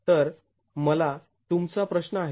तर मला तुमचा प्रश्न आहे